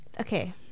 okay